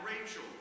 Rachel